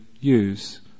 use